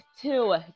two